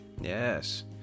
Yes